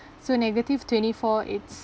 so negative twenty four it's